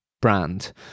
brand